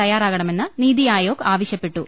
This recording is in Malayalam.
തയ്യാറാക്ണമെന്ന് നീതി ആയോഗ് ആവശ്യപ്പെട്ടു